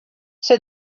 said